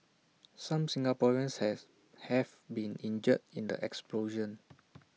some Singaporeans has have been injured in the explosion